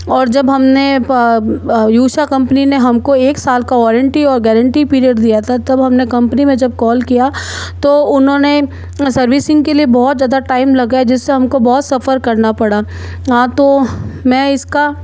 जब हमने उषा कंपनी ने हमको एक साल का वारंटी और गारंटी पीरियड दिया था तब हमने कंपनी में जब कॉल किया तो उन्होंने सर्विसिंग के लिए बहुत ज़्यादा टाइम लगाया जिससे हमको बहुत सफर करना पड़ा हाँ तो मैं इसका